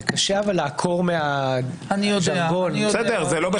1. אחרי סעיף קטן (א) יבוא: (א1).